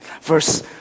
Verse